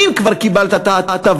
שאם כבר קיבלת את ההטבה,